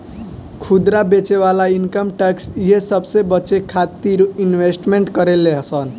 खुदरा बेचे वाला इनकम टैक्स इहे सबसे बचे खातिरो इन्वेस्टमेंट करेले सन